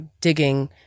digging